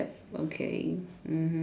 okay mmhmm